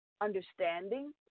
understanding